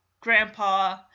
grandpa